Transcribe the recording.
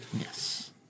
Yes